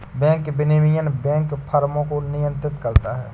bank विनियमन banking फ़र्मों को नियंत्रित करता है